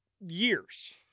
years